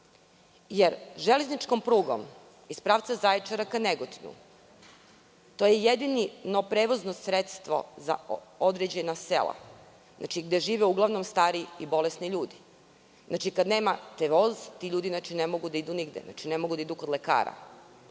jer železničkom prugom iz pravca Zaječara ka Negotinu jedino prevozno sredstvo je to za određena sela, gde žive uglavnom stari i bolesni ljudi? Znači, kada nemate voz ti ljudi ne mogu da idu nigde. Ne mogu da idu kod lekara.